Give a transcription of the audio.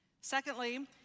Secondly